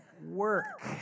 work